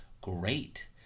Great